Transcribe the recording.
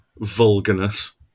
vulgarness